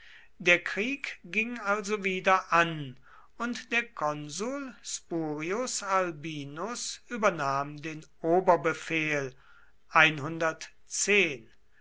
der krieg ging also wieder an und der konsul spurius albinus übernahm den